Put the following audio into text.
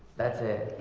that's it